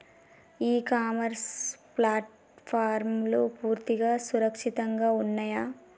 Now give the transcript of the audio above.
ఇ commerce ప్లాట్ఫారమ్లు పూర్తిగా సురక్షితంగా ఉన్నయా?